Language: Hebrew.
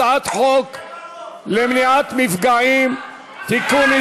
הצעת חוק למניעת מפגעים (תיקון,